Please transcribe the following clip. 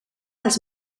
als